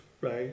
right